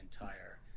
entire